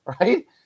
right